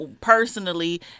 personally